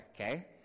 okay